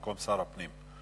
במקום שר הפנים.